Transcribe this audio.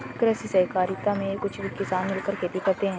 कृषि सहकारिता में कुछ किसान मिलकर खेती करते हैं